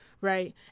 right